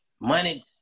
money